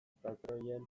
patroien